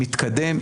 מתקדם,